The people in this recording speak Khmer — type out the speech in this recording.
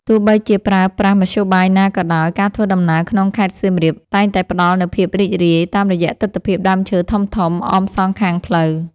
ទោះបីជាប្រើប្រាស់មធ្យោបាយណាក៏ដោយ ការធ្វើដំណើរក្នុងខេត្តសៀមរាបតែងតែផ្ដល់នូវភាពរីករាយ តាមរយៈទិដ្ឋភាពដើមឈើធំៗអមសងខាងផ្លូវ។